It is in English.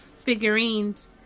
figurines